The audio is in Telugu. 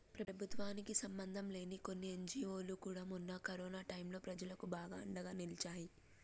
ప్రభుత్వానికి సంబంధంలేని కొన్ని ఎన్జీవోలు కూడా మొన్న కరోనా టైంలో ప్రజలకు బాగా అండగా నిలిచాయి